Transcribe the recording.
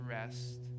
rest